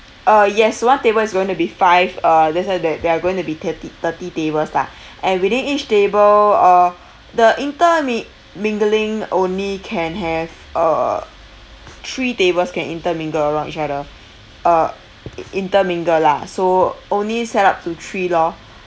uh yes one table is going to be five uh that's why there there are going to be thirty thirty tables lah and within each table uh the inter mi~ mingling only can have uh t~ three tables can intermingle around each other uh i~ intermingle lah so only set up to three lor